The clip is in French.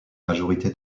majorité